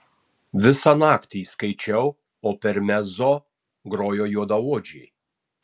visą naktį skaičiau o per mezzo grojo juodaodžiai